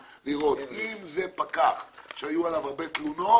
לראות: אם זה פקח שהיו עליו הרבה תלונות,